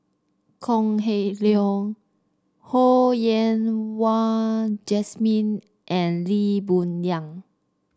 Kok Heng Leun Ho Yen Wah Jesmine and Lee Boon Yang